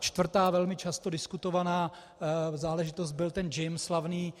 Čtvrtá, velmi často diskutovaná záležitost, byl ten slavný JIM.